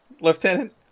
Lieutenant